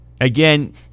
Again